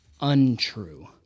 untrue